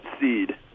seed